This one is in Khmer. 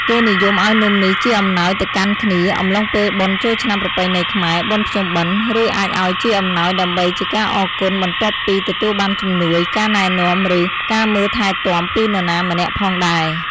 គេនិយមឱ្យនំនេះជាអំណោយទៅកាន់គ្នា អំឡុងពេលបុណ្យចូលឆ្នាំប្រពៃណីខ្មែរ បុណ្យភ្ពុំបិណ្ឌ ឬអាចឱ្យជាអំណោយដើម្បីជាការអរគុណបន្ទាប់ពីទទួលបានជំនួយ ការណែនាំ ឬ ការមើលថែទាំពីនរណាម្នាក់ផងដែរ។